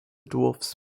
dwarfs